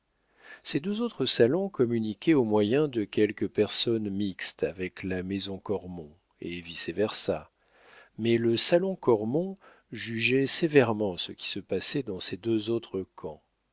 ces deux autres salons communiquaient au moyen de quelques personnes mixtes avec la maison cormon et vice versâ mais le salon cormon jugeait sévèrement ce qui se passait dans ces deux autres